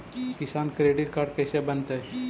किसान credit card कैसे बनतै?